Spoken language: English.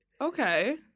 Okay